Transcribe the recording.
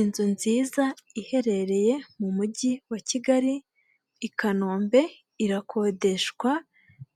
Inzu nziza iherereye mu mujyi wa Kigali i Kanombe, irakodeshwa